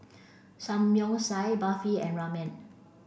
Samgyeopsal Barfi and Ramen